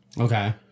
Okay